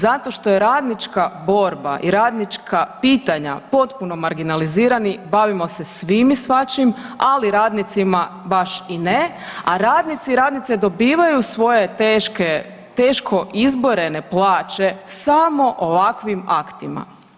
Zato što je radnička borba i radnička pitanja potpuno marginalizirani, bavimo se svim i svačim, ali radnicima baš i ne, a radnici i radnice dobivaju svoje teške, teško izborene plaće samo ovakvim aktima.